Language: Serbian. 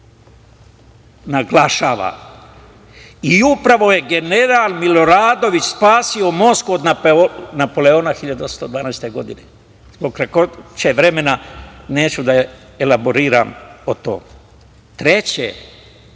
naglašavam. Upravo je general Miloradović spasio Moskvu od Napoleona 1812. godine. Zbog kratkoće vremena neću da elaboriram o tome. Treće,